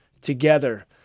together